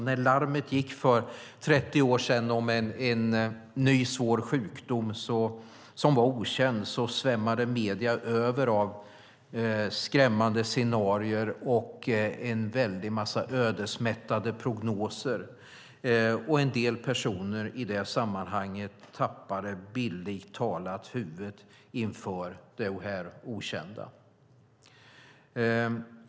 När larmet gick för 30 år sedan om en ny svår sjukdom som var okänd svämmade medierna över av skrämmande scenarier och en väldig massa ödesmättade prognoser, och en del personer tappade i det sammanhanget bildligt talat huvudet inför det här okända.